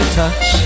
touch